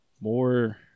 more